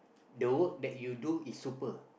the work that you do is super